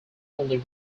only